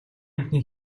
амьтны